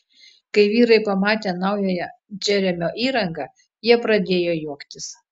kai vyrai pamatė naująją džeremio įrangą jie pradėjo juoktis